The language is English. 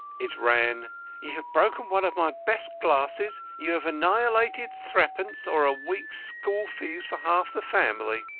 it ran you have broken one of my best glasses. you have annihilated threepence, or a week's school fees for half the family.